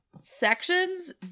sections